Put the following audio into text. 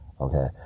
okay